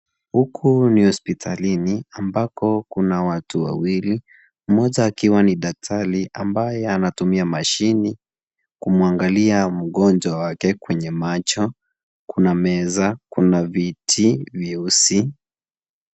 Huku ni hospitalini, ambako kuna watu wawili, moja akiwa ni daktari ambaye anatumia mashini kumuangalia mgonjwa wake kwenye macho, Kuna meza, kuna viti vyeusi.